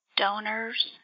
Donors